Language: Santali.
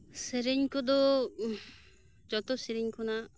ᱥᱮᱨᱮᱧ ᱠᱚᱫᱚ ᱡᱚᱛᱚ ᱥᱮᱨᱮᱧ ᱠᱷᱚᱱᱟᱜ